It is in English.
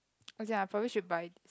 okay lah probably should buy this